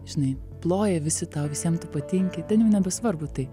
žinai ploja visi tau visiem tu patinki ten jau nebesvarbu tai